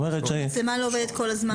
המצלמה לא עובדת כל הזמן?